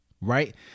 right